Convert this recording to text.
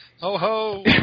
Ho-ho